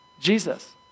Jesus